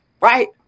Right